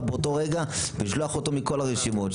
באותו רגע ולשלוח אותו מכל הרשימות,